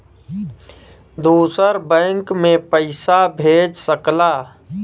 दूसर बैंक मे पइसा भेज सकला